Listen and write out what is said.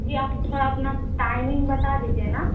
जी आप थोड़ा अपना टाइमिंग बता दीजिए ना